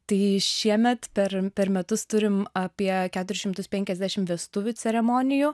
tai šiemet per per metus turim apie keturis šimtus penkiasdešim vestuvių ceremonijų